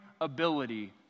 ability